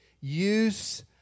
use